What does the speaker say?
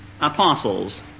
apostles